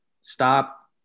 stop